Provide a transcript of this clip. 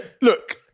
look